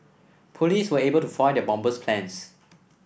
police were able to foil the bomber's plans